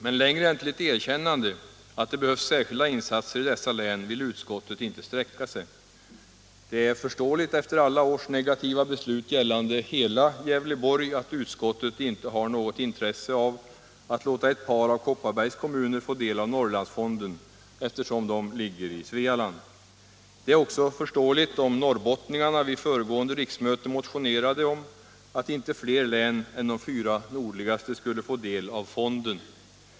Men längre än till ett erkännande av att det behövs särskilda insatser i dessa län vill utskottet inte sträcka sig. Det är förståeligt efter alla års negativa beslut gällande hela Gävleborg att utskottet inte har något intresse av att låta ett par av Kopparbergs kommuner få del av Norrlandsfonden, eftersom de ligger i Svealand. Det är också förståeligt om norrbottningarna vid föregående riksmöte motionerade om att inte andra län än de fyra nordligaste skulle få del av fonden.